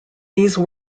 these